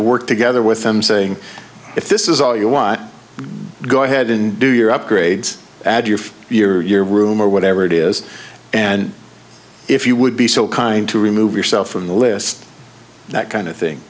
the work together with them saying if this is all you want go ahead and do your upgrades add your for your room or whatever it is and if you would be so kind to remove yourself from the list that kind of thing